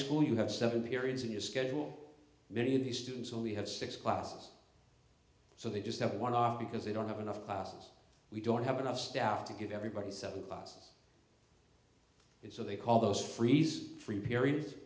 school you have seven periods in your schedule many of the students only have six classes so they just have a one off because they don't have enough classes we don't have enough staff to give everybody seven classes so they call those freeze free periods